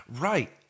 Right